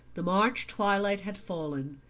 the march twilight had fallen,